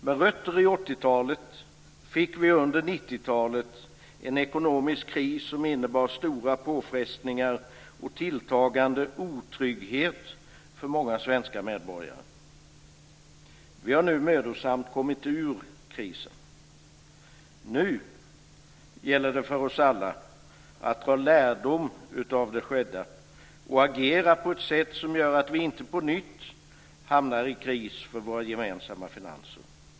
Med rötter i 80-talet fick vi under 90-talet en ekonomisk kris som innebar stora påfrestningar och tilltagande otrygghet för många svenska medborgare. Vi har nu mödosamt kommit ur krisen. Nu gäller det för oss alla att dra lärdom av det skedda och agera på ett sätt som gör att vi inte på nytt hamnar i kris för våra gemensamma finanser.